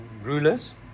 rulers